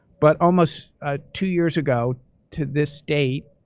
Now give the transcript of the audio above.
but almost ah two years ago to this date,